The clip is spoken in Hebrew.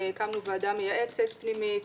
הקמנו ועדה מייעצת פנימית.